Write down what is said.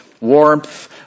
warmth